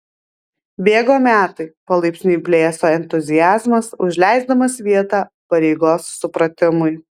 bėgo metai palaipsniui blėso entuziazmas užleisdamas vietą pareigos supratimui